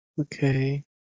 Okay